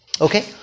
Okay